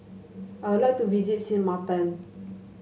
I would like to visit Sint Maarten